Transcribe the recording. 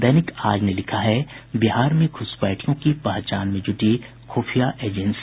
दैनिक आज ने लिखा है बिहार में घुसपैठियों की पहचान में जुटी खुफिया एजेंसी